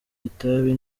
itabi